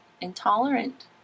intolerant